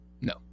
No